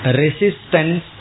resistance